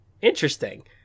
Interesting